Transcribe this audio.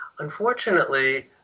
unfortunately